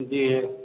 जी